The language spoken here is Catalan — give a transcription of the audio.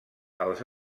els